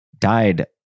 died